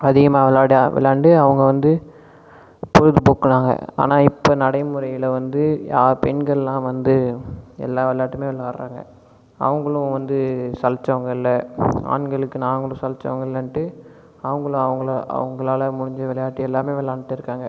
அதிகமாக விளாட விளாண்டு அவங்க வந்து பொழுது போக்கறாங்க ஆனால் இப்போ நடைமுறையில் வந்து ஆ பெண்கள்லாம் வந்து எல்லா விளாட்டுமே விளாடறாங்க அவங்களும் வந்து சலித்தவங்க இல்லை ஆண்களுக்கு நாங்களும் சலித்தவங்க இல்லனுட்டு அவங்களும் அவங்களா அவங்களால் முடிஞ்ச விளாட்டு எல்லாமே விளாண்ட்டு இருக்காங்க